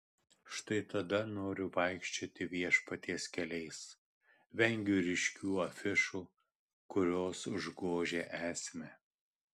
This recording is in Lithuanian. štai tada noriu vaikščioti viešpaties keliais vengiu ryškių afišų kurios užgožia esmę